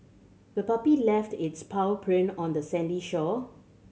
the puppy left its paw print on the sandy shore